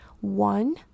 one